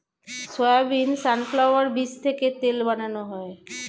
soybean, sunflower বীজ থেকে তেল বানানো হয়